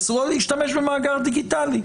אסור לה להשתמש במאגר דיגיטלי.